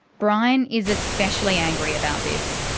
brian is especially angry about this.